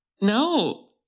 No